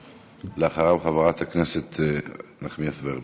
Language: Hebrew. אחריו, חברת הכנסת נחמיאס ורבין.